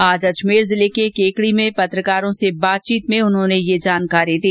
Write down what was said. आज अजमेर जिले के केकड़ी में पत्रकारों से बातचीत में ये जानकारी दी